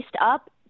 up